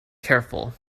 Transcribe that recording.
careful